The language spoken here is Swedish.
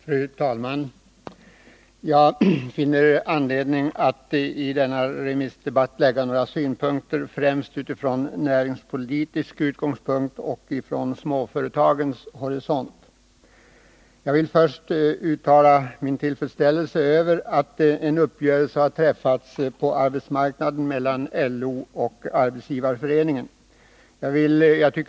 Fru talman! Jag finner anledning att i denna remissdebatt lämna några synpunkter främst från näringspolitisk utgångspunkt och från småföretagens horisont. Jag vill först uttala min tillfredsställelse över att en uppgörelse har träffats på arbetsmarknaden mellan LO och Arbetsgivareföreningen.